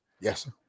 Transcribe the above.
yes